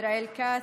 ישראל כץ,